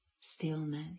stillness